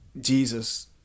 Jesus